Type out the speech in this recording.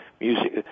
music